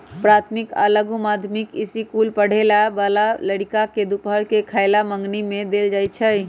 प्राथमिक आ लघु माध्यमिक ईसकुल पढ़े जाय बला लइरका के दूपहर के खयला मंग्नी में देल जाइ छै